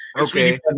Okay